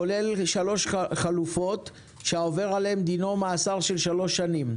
כולל שלוש חלופות שהעובר עליהן דינו מאסר של שלוש שנים,